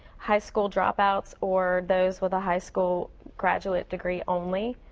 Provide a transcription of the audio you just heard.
high school dropouts or those with a high school graduate degree only.